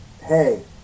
hey